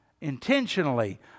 Intentionally